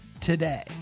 today